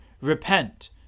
Repent